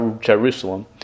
Jerusalem